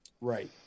right